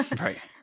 right